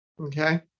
Okay